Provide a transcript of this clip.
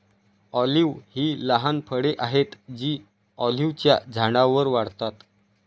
olive ही लहान फळे आहेत जी ऑलिव्हच्या झाडांवर वाढतात